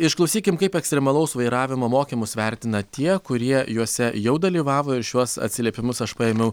išklausykim kaip ekstremalaus vairavimo mokymus vertina tie kurie juose jau dalyvavo ir šiuos atsiliepimus aš paėmiau